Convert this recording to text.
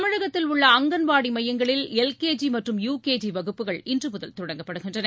தமிழகத்தில் உள்ள அங்கன்வாடி மையங்களில் எல்கேஜி மற்றும் யுகேஜி வகுப்புகள் இன்று முதல் தொடங்கப்படுகின்றன